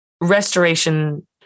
restoration